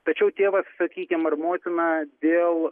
tačiau tėvas sakykim ar motina dėl